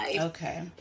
Okay